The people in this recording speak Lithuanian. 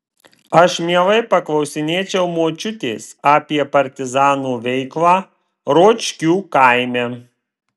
aš mielai paklausinėčiau močiutės apie partizanų veiklą ročkių kaime